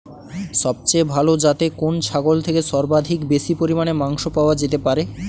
সবচেয়ে ভালো যাতে কোন ছাগল থেকে সর্বাধিক বেশি পরিমাণে মাংস পাওয়া যেতে পারে?